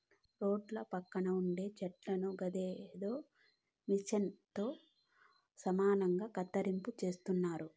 రోడ్ల పక్కన ఉండే చెట్లను గదేదో మిచన్ తో సమానంగా కత్తిరింపు చేస్తున్నారే